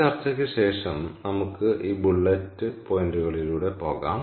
ഈ ചർച്ചയ്ക്ക് ശേഷം നമുക്ക് ഈ ബുള്ളറ്റ് പോയിന്റുകളിലൂടെ പോകാം